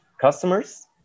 customers